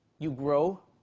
you grow,